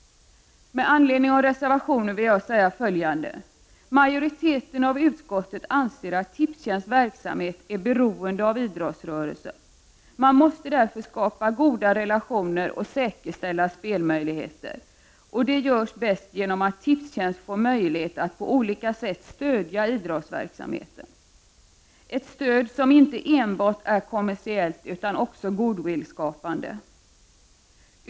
Med anledning av reservationerna vill jag säga följande. Majoriteten av utskottet anser att Tipstjänsts verksamhet är beroende av idrottsrörelsen. Man måste därför skapa goda relationer och säkerställa spelmöjligheter. Detta görs bäst genom att Tipstjänst får möjligheter att på olika sätt stödja idrottsverksamheten — ett stöd som inte enbart är kommersiellt utan också är goodwillskapande.